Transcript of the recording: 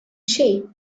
shape